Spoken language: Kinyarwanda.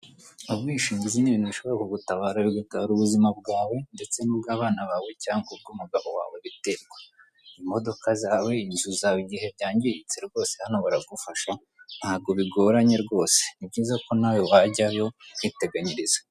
Ubwishingizi ni ibintu bishobora kugutabara, bigatabara ubuzima bwawe ndetse n'ubw'abana bawe cyangwa ubw'umugabo wawe biterwa. Imodoka zawe, inzu zawe, igihe byangiritse rwose hano baragufasha, ntabwo bigoranye rwose. Ni byiza ko nawe wajyayo ukiteganyiriza.